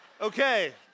Okay